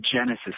genesis